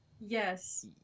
Yes